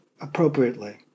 appropriately